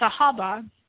Sahaba